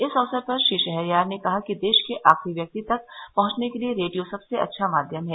इस अवसर पर श्री शहरयार ने कहा कि देश के आखिरी व्यक्ति तक पहुंचने के लिए रेडियो सबसे अच्छा माध्यम है